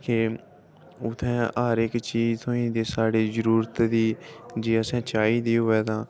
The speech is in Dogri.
के उत्थैं हर इक चिज थ्होई जंदी साढ़ी जरूरत दी जे असें चाही दी होऐ तां